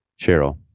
Cheryl